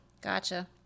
Gotcha